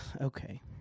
Okay